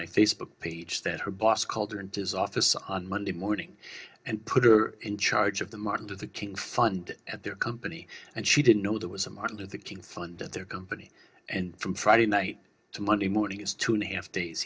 my facebook page that her boss called her into his office on monday morning and put her in charge of the martin luther king fund at their company and she didn't know there was a martin luther king fund at their company and from friday night to monday morning is two and a half days